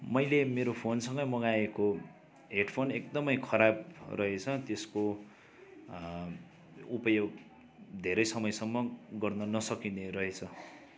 मैले मेरो फोनसँगै मगाएको हेडफोन एकदमै खराब रहेछ त्यसको उपयोग धेरै समयसम्म गर्न नसकिने रहेछ